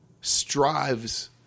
strives